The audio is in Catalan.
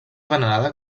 venerada